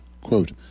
Quote